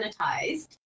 sanitized